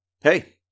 Hey